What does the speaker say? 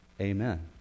Amen